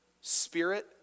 spirit